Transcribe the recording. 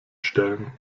stellen